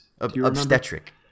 Obstetric